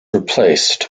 replaced